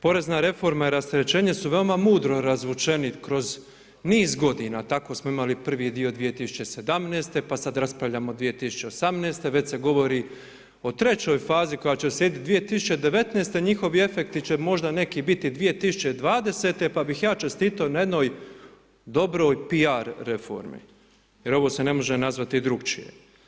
Porezna reforma je i rasterećenje su vrlo mudro razvučeni kroz niz godina, tako smo imali prvi dio 2017., pa sad raspravljamo 2018., već se govori o trećoj fazi koja će slijediti 2019., njihovi efekti će možda neki biti 2020., pa bih ja čestitao na jednoj dobroj PR reformi, jer ovo se ne može nazvati drug'čije.